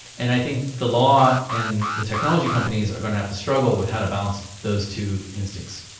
and i think the law and the technology companies are going to have to struggle with how to balance those two instincts.